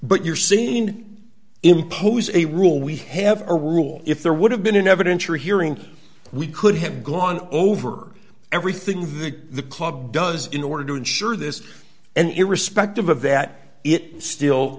but you're seeing impose a rule we have a rule if there would have been an evidentiary hearing we could have gone over everything that the club does in order to ensure this and irrespective of that it still